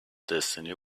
destiny